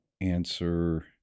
answer